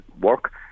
work